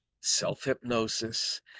self-hypnosis